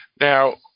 Now